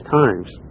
times